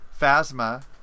Phasma